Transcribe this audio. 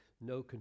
no